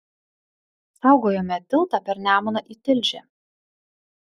saugojome tiltą per nemuną į tilžę